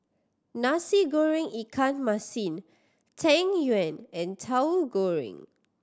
Nasi Goreng ikan masin Tang Yuen and Tahu Goreng